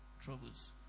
troubles